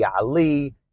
Ali